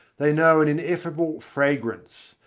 they know an ineffable fragrance,